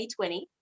2020